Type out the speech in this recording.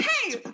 hey